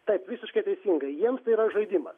taip visiškai teisingai jiems tai yra žaidimas